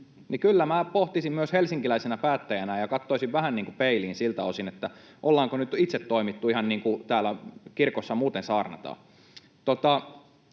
Kyllä minä pohtisin myös helsinkiläisenä päättäjänä ja katsoisin vähän peiliin siltä osin, ollaanko nyt itse toimittu ihan niin kuin täällä kirkossa muuten saarnataan.